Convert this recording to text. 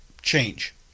change